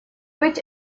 быть